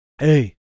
Hey